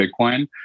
Bitcoin